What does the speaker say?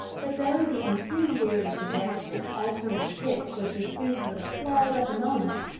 but though the incendiary suggestion of altering the pitch was received with applause at the moment,